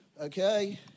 okay